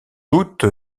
doute